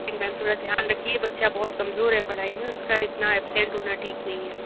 लेकिन मैम थोड़ा ध्यान रखिए बच्चा बहोत कमज़ोर है पढ़ाई में उसका इतना एब्सेंट होना ठीक नहीं है